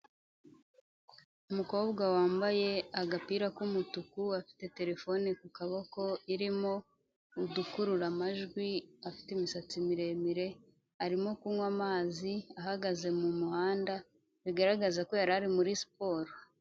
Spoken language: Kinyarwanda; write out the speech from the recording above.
Umukobwa wambaye agapira k'umutuku, afite terefone ku kaboko irimo udukurura amajwi, afite imisatsi miremire, arimo kunywa amazi ahagaze mumuhanda bigaragaza ko yari ari muri siporo.